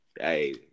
hey